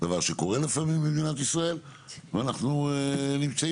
דבר שקורה לפעמים במדינת ישראל ואנחנו נמצאים